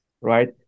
right